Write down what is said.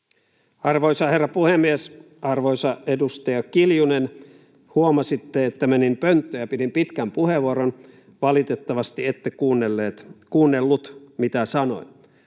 Arvoisa herra puhemies! Arvoisa edustaja Kiljunen, huomasitte, että menin pönttöön ja pidin pitkän puheenvuoron — valitettavasti ette kuunnellut, mitä sanoin.